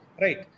Right